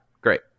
great